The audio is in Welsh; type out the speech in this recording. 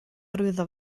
arwyddo